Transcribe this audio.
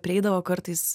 prieidavo kartais